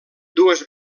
dues